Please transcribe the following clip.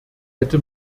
hätte